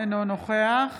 אינו נוכח